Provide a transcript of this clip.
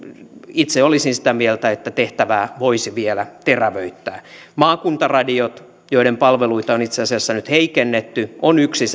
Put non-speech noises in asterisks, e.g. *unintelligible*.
itse olisin sitä mieltä että tehtävää voisi vielä terävöittää maakuntaradiot joiden palveluita on itse asiassa nyt heikennetty on yksi *unintelligible*